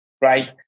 right